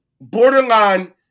borderline